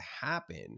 happen